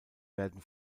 werden